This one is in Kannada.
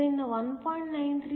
ಆದ್ದರಿಂದ 1